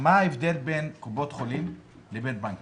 מה ההבדל בין קופות חולים לבין בנקים?